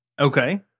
Okay